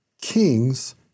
kings